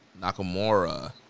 Nakamura